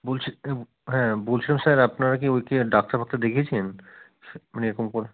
বলছি হ্যাঁ বলছিলাম স্যার আপনারা কি ওকে ডাক্তার ফাক্তার দেখিয়েছেন মানে এরকম করে